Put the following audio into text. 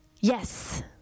Yes